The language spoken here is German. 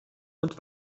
und